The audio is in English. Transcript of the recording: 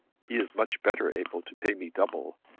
he is much better able to pay me double.